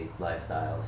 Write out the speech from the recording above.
lifestyles